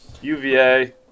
UVA